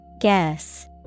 Guess